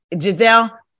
Giselle